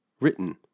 written